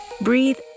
Breathe